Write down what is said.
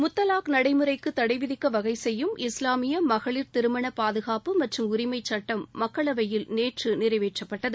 முத்தவாக் நளடமுறைக்கு தளட விதிக்க வகை செய்யும் இஸ்வாமிய மகளிர் திருமண பாதுகாப்பு மற்றம் உரிமைச் சட்டம் மக்களவையில் நேற்று நிறைவேற்றப்பட்டது